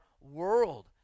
world